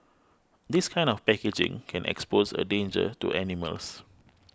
this kind of packaging can expose a danger to animals